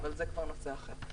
אבל זה כבר נושא אחר.